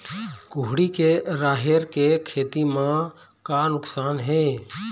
कुहड़ी के राहेर के खेती म का नुकसान हे?